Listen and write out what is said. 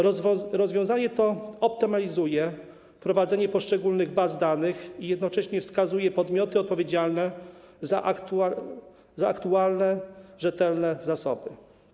Rozwiązanie to optymalizuje prowadzenie poszczególnych baz danych i jednocześnie wskazuje podmioty odpowiedzialne za aktualne rzetelne zasoby.